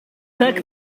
tack